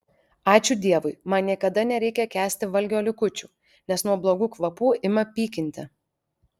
ačiū dievui man niekada nereikia kęsti valgio likučių nes nuo blogų kvapų ima pykinti